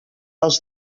als